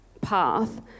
path